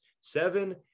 seven